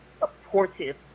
supportive